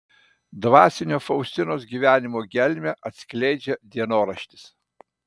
dvasinio faustinos gyvenimo gelmę atskleidžia dienoraštis